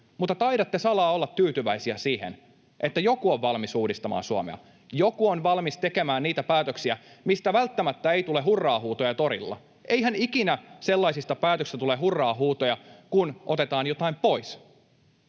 mutta taidatte salaa olla tyytyväisiä siihen, että joku on valmis uudistamaan Suomea ja joku on valmis tekemään niitä päätöksiä, mistä välttämättä ei tule hurraa-huutoja torilla. Eihän ikinä tule hurraa-huutoja sellaisista päätöksistä, kun otetaan jotain pois.